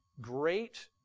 Great